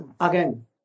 again